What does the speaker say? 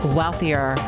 wealthier